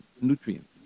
nutrients